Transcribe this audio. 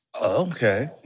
Okay